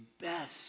best